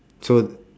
so